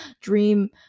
dream